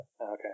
Okay